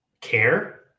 care